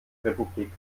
republik